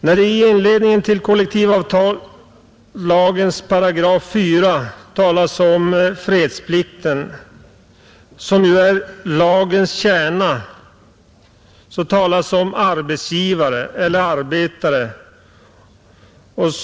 När inledningen till kollektivavtalslagens § 4 nämner fredsplikten, som ju är lagens kärna, talas det om arbetsgivare eller arbetare.